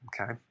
Okay